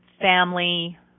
family